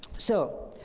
so,